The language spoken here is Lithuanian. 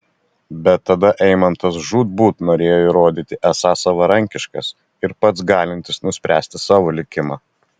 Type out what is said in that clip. bet tada eimantas žūtbūt norėjo įrodyti esąs savarankiškas ir pats galintis nuspręsti savo likimą